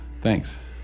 Thanks